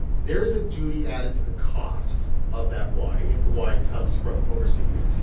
there is a duty added to the cost of that wine if the wine comes from overseas.